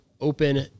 open